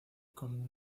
como